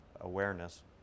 awareness